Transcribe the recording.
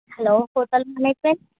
hello hotel management